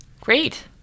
Great